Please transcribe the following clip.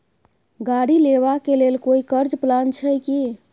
गाड़ी लेबा के लेल कोई कर्ज प्लान छै की?